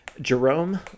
jerome